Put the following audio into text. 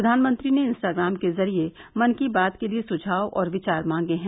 प्रधानमंत्री ने इंस्टाग्राम के जरिये मन की बात के लिए सुझाव और विचार मांगे हैं